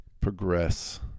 progress